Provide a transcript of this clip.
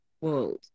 world